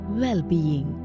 well-being